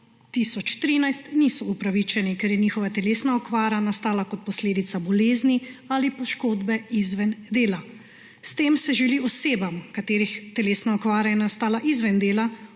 niso upravičeni, ker je njihova telesna okvara nastala kot posledica bolezni ali poškodbe izven dela. S tem se želi osebam, katerih telesna okvara je nastala izven dela,